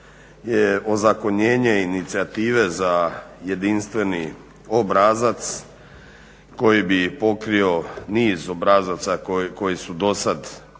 je ozakonjenje inicijative za jedinstveni obrazac koji bi pokrio niz obrazaca koji su dosad bili